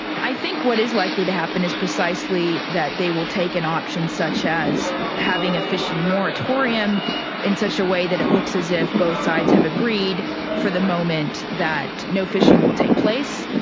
i think what is likely to happen is precisely that they will take an option such as having a fishing moratorium in such a way that it looks as if both sides have agreed for the moment that no fishing will take place.